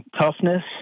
toughness